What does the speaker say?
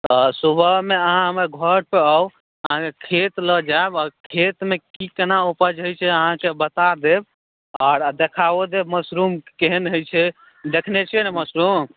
तँ सुबहमे अहाँ हमर घर पर आउ अहाँकेॅं खेत लऽ जायब खेतमे की केना उपज होइ छै से अहाँकेॅं बता देब आर देखाओ देब मशरूम केहन होइ छै देखने छियै ने मशरूम